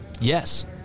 Yes